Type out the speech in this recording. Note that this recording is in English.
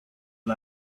and